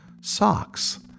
Socks